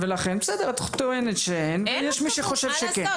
בסדר את טענת שאין, יש מי שחושב שכן.